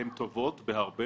הן טובות בהרבה